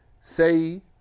Say